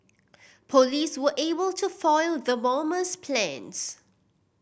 police were able to foil the bomber's plans